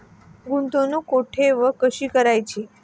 गुंतवणूक कुठे व कशी करायची?